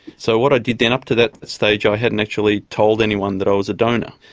so what i did then, up to that stage i hadn't actually told anyone that i was a donor,